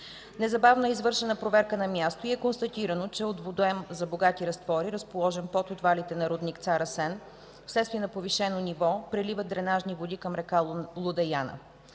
Незабавно е извършена проверка на място и е констатирано, че от водоем за „богати разтвори”, разположен под отвалите на рудник „Цар Асен”, вследствие на повишено ниво, преливат дренажни води към река Луда Яна.